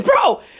bro